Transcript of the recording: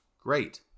great